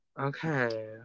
Okay